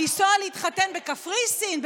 לנסוע להתחתן בקפריסין,